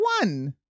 one